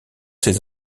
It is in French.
ces